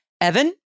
Evan